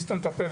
נסתום את הפה,